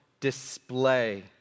display